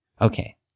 Okay